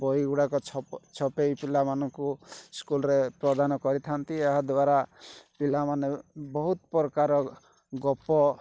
ବହିଗୁଡ଼ାକ ଛପାଇ ପିଲାମାନଙ୍କୁ ସ୍କୁଲ୍ରେ ପ୍ରଦାନ କରିଥାନ୍ତି ଏହାଦ୍ୱାରା ପିଲାମାନେ ବହୁତ ପ୍ରକାର ଗପ